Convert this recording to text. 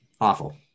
awful